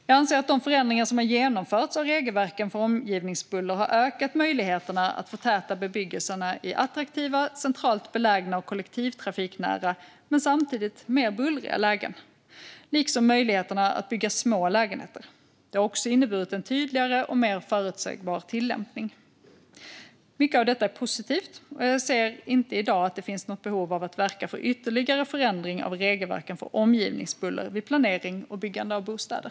Jag anser att de förändringar som har genomförts av regelverken för omgivningsbuller har ökat möjligheterna att förtäta bebyggelsen i attraktiva, centralt belägna och kollektivtrafiknära men samtidigt mer bullriga lägen, liksom möjligheterna att bygga små lägenheter. Det har också inneburit en tydligare och mer förutsägbar tillämpning. Mycket av detta är positivt, och jag ser inte i dag att det finns något behov av att verka för ytterligare förändringar av regelverken för omgivningsbuller vid planering och byggande av bostäder.